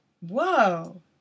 Whoa